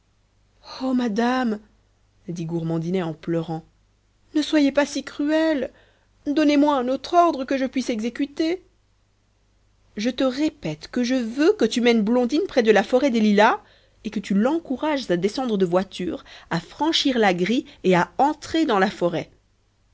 oh madame dit gourmandinet en pleurant ne soyez pas si cruelle donnez-moi un autre ordre que je puisse exécuter je te répète que je veux que tu mènes blondine près de la forêt des lilas et que tu l'encourages à descendre de voiture à franchir la grille et à entrer dans la forêt